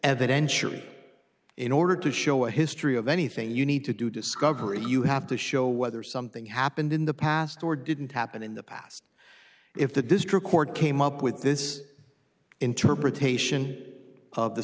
evidentially in order to show a history of anything you need to do discovery you have to show whether something happened in the past or didn't happen in the past if the district court came up with this interpretation of the